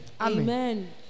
Amen